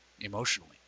emotionally